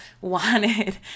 wanted